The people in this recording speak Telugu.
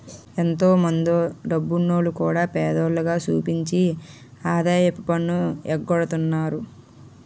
ఎంతో మందో డబ్బున్నోల్లు కూడా పేదోల్లుగా సూపించి ఆదాయపు పన్ను ఎగ్గొడతన్నారు